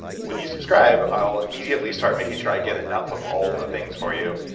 when you subscribed, i'll immediately start making sure i get enough of all the things for you.